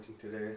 today